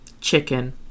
chicken